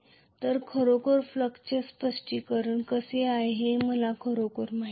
तर खरोखर फ्लक्सचे स्पष्टीकरण कसे आहे हे मला खरोखर माहित नाही